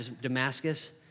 Damascus